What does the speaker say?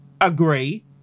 agree